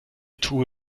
tube